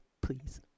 please